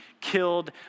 killed